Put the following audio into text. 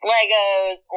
Legos